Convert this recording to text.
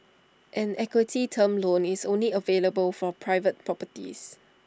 an equity term loan is only available for private properties